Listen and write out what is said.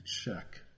check